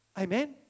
Amen